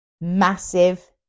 massive